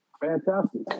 Fantastic